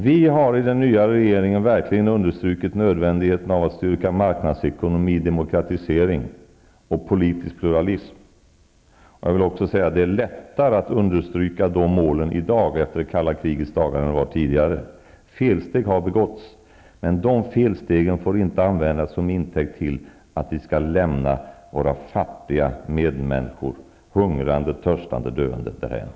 Vi har i den nya regeringen verkligen understrukit nödvändigheten av att stödja marknadsekonomi, demokratisering och politisk pluralism. Det är lättare att understryka de målen i dag, efter det kalla krigets dagar, än det har varit tidigare. Felsteg har begåtts. Men de felstegen får inte tas till intäkt för att vi skall lämna våra fattiga medmänniskor, hungrande, törstande, döende därhän.